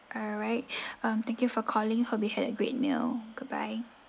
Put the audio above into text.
alright um thank you for calling hope you had a great meal goodbye